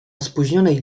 spóźnionej